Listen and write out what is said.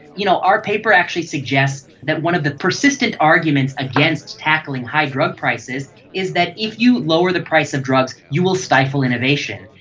you know, our paper actually suggests that one of the persistent arguments against tackling high drug prices is that if you lower the price of drugs, you will stifle innovation.